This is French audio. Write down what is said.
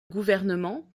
gouvernement